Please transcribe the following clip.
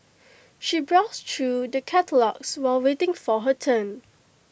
she browsed through the catalogues while waiting for her turn